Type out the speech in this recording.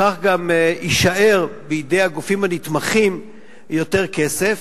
בכך גם יישאר בידי הגופים הנתמכים יותר כסף,